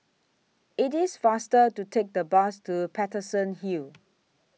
IT IS faster to Take The Bus to Paterson Hill